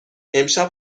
امشب